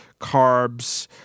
carbs